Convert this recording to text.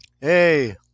Hey